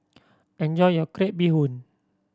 enjoy your crab bee hoon